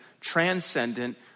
transcendent